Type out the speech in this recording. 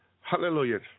Hallelujah